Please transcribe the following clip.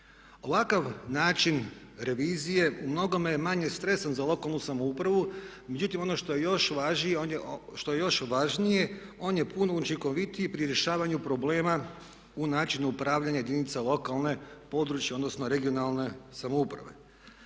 Ovakav način revizije u mnogome je manje stresan za lokalnu samoupravu. Međutim, ono što je još važnije, on je puno učinkovitiji pri rješavanju problema u načinu upravljanja jedinica lokalne, područne odnosno regionalne samouprave.